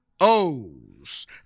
O's